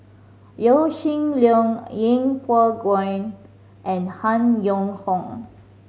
Yaw Shin Leong Yeng Pway and Han Yong Hong